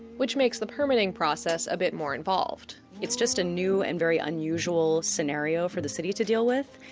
which makes the permitting process a bit more involved it's just a new and very unusual scenario for the city to deal with.